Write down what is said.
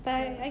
so